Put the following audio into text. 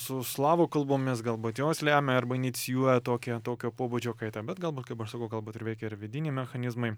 su slavų kalbomis galbūt jos lemia arba inicijuoja tokią tokio pobūdžio kaitą bet galbūt kaip aš sakau galbūt ir veikia ir vidiniai mechanizmai